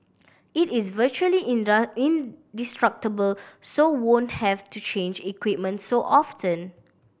it is virtually indestructible so won't have to change equipment so often